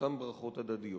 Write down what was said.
מאותן ברכות הדדיות.